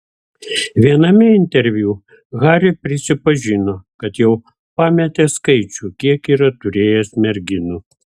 viename interviu harry prisipažino kad jau pametė skaičių kiek yra turėjęs merginų